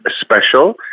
special